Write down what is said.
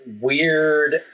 weird